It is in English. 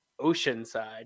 Oceanside